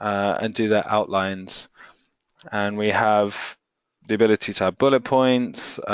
and do their outlines and we have the ability to add bullet points,